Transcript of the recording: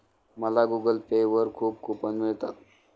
मला Google Pay वर खूप कूपन मिळतात